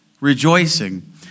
rejoicing